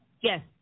yes